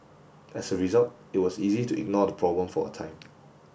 as a result it was easy to ignore the problem for a time